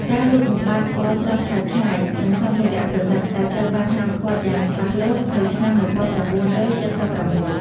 ការលុបបំបាត់ពណ៌ស្រស់ឆើតឆាយ និងសម្ភារៈប្រណិតដែលត្រូវបានហាមឃាត់យ៉ាងច្បាស់លាស់នៅឆ្នាំ១៩៧៦។